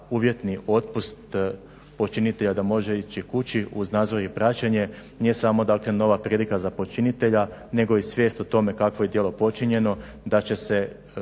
uvjetni otpust počinitelja da može ići kući uz nadzor i praćenje nije samo nova prilika za počinitelja nego i svijest o tome kako je djelo počinjeno, da će se